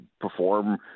perform